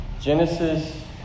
Genesis